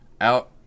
out